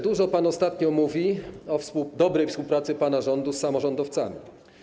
Dużo pan ostatnio mówi o dobrej współpracy pana rządu z samorządowcami.